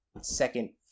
second